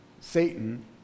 Satan